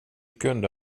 kunde